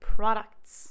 Products